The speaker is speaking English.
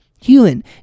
human